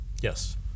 Yes